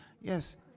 Yes